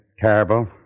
terrible